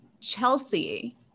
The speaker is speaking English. Chelsea